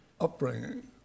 upbringing